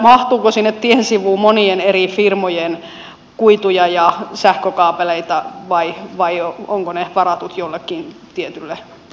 mahtuuko sinne tiensivuun monien eri firmojen kuituja ja sähkökaapeleita vai onko ne varattu jollekin tietylle firmalle